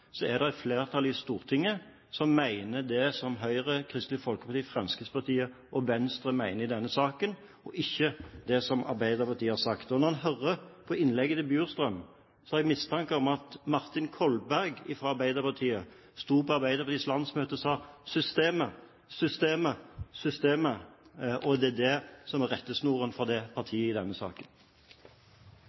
er det et flertall i Stortinget som mener det som Høyre, Kristelig Folkeparti, Fremskrittspartiet og Venstre mener i denne saken – og ikke det som Arbeiderpartiet har sagt. Når jeg hører på innlegget til statsråd Bjurstrøm, har jeg en mistanke om at rettesnoren for dette partiet i denne saken er det som Martin Kolberg fra Arbeiderpartiet sto på Arbeiderpartiets landsmøte og sa: systemet, systemet, systemet.